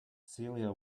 celia